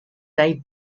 day